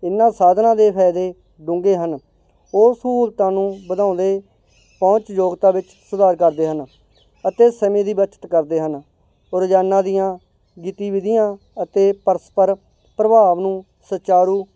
ਇਹਨਾਂ ਸਾਧਨਾਂ ਦੇ ਫਾਇਦੇ ਡੂੰਘੇ ਹਨ ਉਹ ਸਹੂਲਤਾਂ ਨੂੰ ਵਧਾਉਂਦੇ ਪਹੁੰਚਯੋਗਤਾ ਵਿੱਚ ਸੁਧਾਰ ਕਰਦੇ ਹਨ ਅਤੇ ਸਮੇਂ ਦੀ ਬੱਚਤ ਕਰਦੇ ਹਨ ਰੋਜ਼ਾਨਾ ਦੀਆਂ ਗਤੀਵਿਧੀਆਂ ਅਤੇ ਪਰਸਪਰ ਪ੍ਰਭਾਵ ਨੂੰ ਸੁਚਾਰੂ